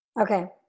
Okay